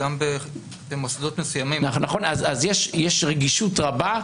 יש רגישות רבה.